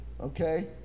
Okay